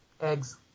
Eggs